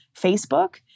Facebook